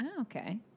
okay